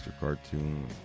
Cartoon